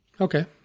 Okay